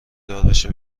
داربشه